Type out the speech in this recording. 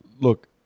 look